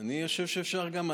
אני חושב שאפשר גם.